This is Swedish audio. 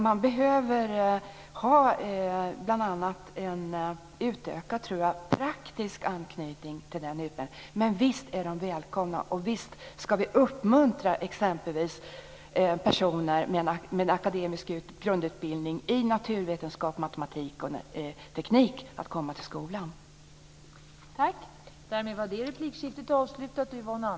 Jag tror att man bl.a. behöver en utökad praktisk anknytning till utbildningen. Men visst är de här personerna välkomna och visst ska vi uppmuntra exempelvis personer med akademisk grundutbildning i naturvetenskap, matematik och teknik att komma till skolan.